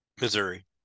Missouri